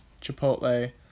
chipotle